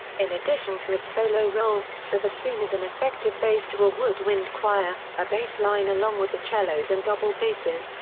in addition to its solo role, the bassoon is an effective bass to a woodwind choir, a bass line along with the cellos and double basses,